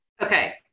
Okay